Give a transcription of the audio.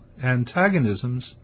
antagonisms